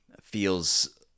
feels